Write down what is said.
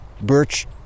birch